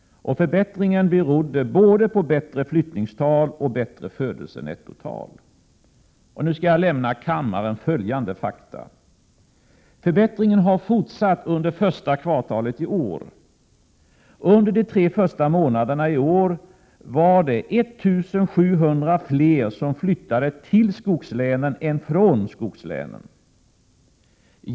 Förbättringen berodde både på bättre flyttningstal och på bättre födelsenettotal. Nu skall jag lämna kammaren följande fakta. Förbättringen har fortsatt. Under första kvartalet i år var det 1 700 fler som flyttade till skogslänen än från skogslänen.